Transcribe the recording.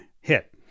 hit